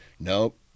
Nope